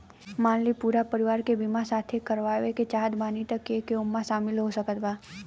मान ली पूरा परिवार के बीमाँ साथे करवाए के चाहत बानी त के के ओमे शामिल हो सकत बा?